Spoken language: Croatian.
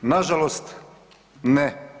Na žalost ne.